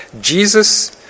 Jesus